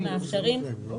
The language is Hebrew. האוצר?